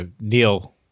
Neil